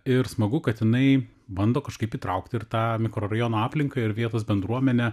ir smagu kad jinai bando kažkaip įtraukti ir tą mikrorajono aplinką ir vietos bendruomenę